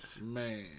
Man